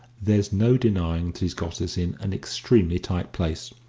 there's no denying that he's got us in an extremely tight place.